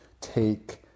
take